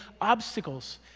obstacles